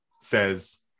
says